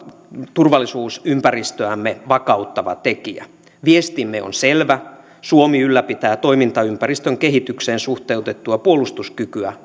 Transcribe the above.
turvallisuusympäristöämme vakauttava tekijä viestimme on selvä suomi ylläpitää toimintaympäristön kehitykseen suhteutettua puolustuskykyä